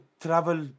travel